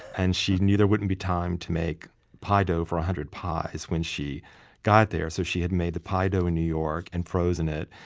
and she knew there wouldn't be time to make pie dough for one ah hundred pies when she got there, so she had made the pie dough in new york and frozen it,